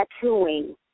tattooing